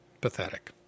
pathetic